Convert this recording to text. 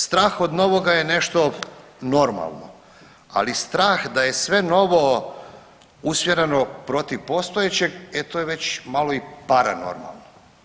Strah od novoga je nešto normalno, ali strah da je sve novo usmjereno protiv postojećeg e to je već malo i paranormalno.